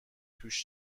توش